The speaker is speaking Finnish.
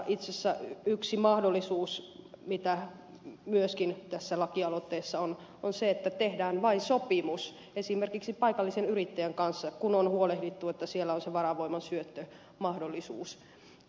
itse asiassa yksi mahdollisuus mikä tässä lakialoitteessa myöskin on on se että tehdään vain sopimus esimerkiksi paikallisen yrittäjän kanssa kun on huolehdittu että siellä on se varavoiman syöttömahdollisuus